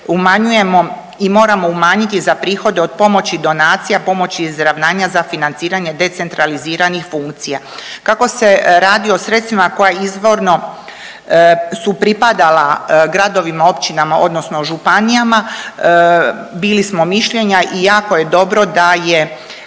umanjujemo i moramo umanjiti za prihode od pomoći donacija, pomoći izravnanja za financiranje decentraliziranih funkcija. Kako se radi o sredstvima koja izvorno su pripadala gradovima, općinama odnosno županijama bili smo mišljenja i jako je dobro da je,